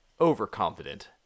overconfident